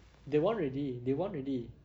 they won already they won already